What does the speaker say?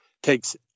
takes